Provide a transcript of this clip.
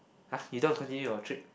!huh! you don't want continue your trip